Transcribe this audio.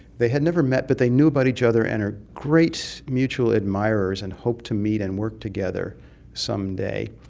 they had never met but they knew about each other and are great mutual admirers and hoped to meet and work together some day.